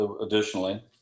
Additionally